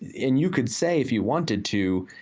and you could say if you wanted to,